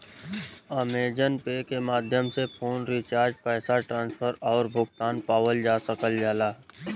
Amazon Pay के माध्यम से फ़ोन रिचार्ज पैसा ट्रांसफर आउर भुगतान पावल जा सकल जाला